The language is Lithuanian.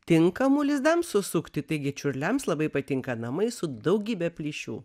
tinkamų lizdams susukti taigi čiurliams labai patinka namai su daugybe plyšių